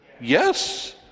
yes